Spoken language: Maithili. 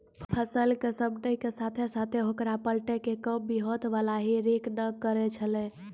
फसल क समेटै के साथॅ साथॅ होकरा पलटै के काम भी हाथ वाला हे रेक न करै छेलै